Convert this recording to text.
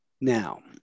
Now